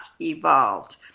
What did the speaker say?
evolved